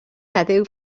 heddiw